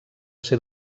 ser